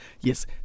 Yes